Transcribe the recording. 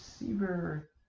receiver